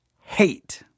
hate